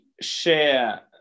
share